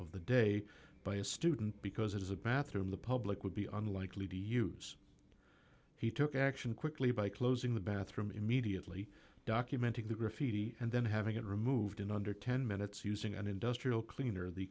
of the day by a student because it is a bathroom the public would be unlikely to use he took action quickly by closing the bathroom immediately documenting the graffiti and then having it removed in under ten minutes using an industrial cleaner the